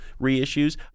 reissues